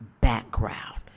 background